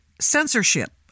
censorship